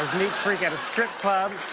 neat freak at a strip club.